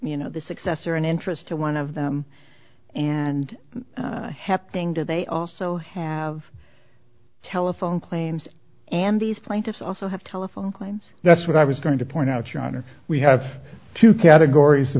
you know the successor in interest to one of them and happening to they also have telephone claims and these plaintiffs also have telephone claims that's what i was going to point out your honor we have two categories the